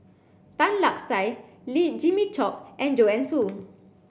Tan Lark Sye Jimmy Chok and Joanne Soo